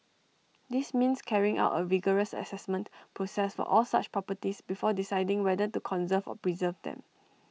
this means carrying out A rigorous Assessment process for all such properties before deciding whether to conserve or preserve them